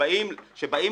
כשבאים